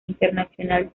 internacional